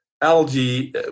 algae